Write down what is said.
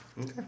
Okay